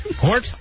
Court